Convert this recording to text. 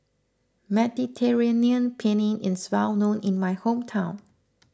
Mediterranean Penne is well known in my hometown